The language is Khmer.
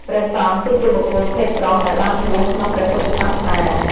ព្រះសង្ឃ គឺជាបុគ្គលភេទប្រុសដែលបានបួសក្នុងព្រះពុទ្ធសាសនា។